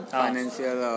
financial